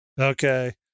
Okay